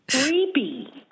Creepy